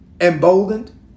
emboldened